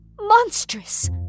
Monstrous